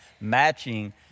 matching